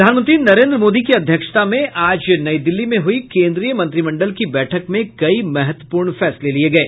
प्रधानमंत्री नरेन्द्र मोदी की अध्यक्षता में आज नई दिल्ली में हुई केन्द्रीय मंत्रिमण्डल की बैठक में कई महत्वपूर्ण फैसले लिये गये